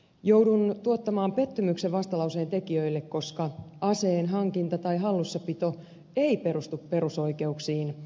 joudun tuottamaan pettymyksen vastalauseen tekijöille koska aseen hankinta tai hallussapito ei perustu perusoikeuksiin